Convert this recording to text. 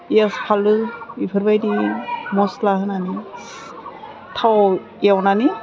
पियास फानलु बेफोरबायदि मस्ला होनानै थावाव एवनानि